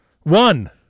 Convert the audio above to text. One